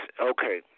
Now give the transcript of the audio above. Okay